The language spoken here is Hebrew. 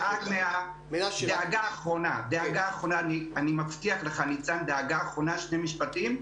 דאגה אחרונה אני מבטיח לך, ניצן, שני משפטים.